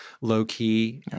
low-key